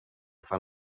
fan